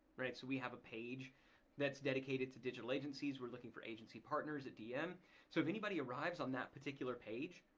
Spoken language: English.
so we have a page that's dedicated to digital agencies. we're looking for agency partners at dm so if anybody arrives on that particular page,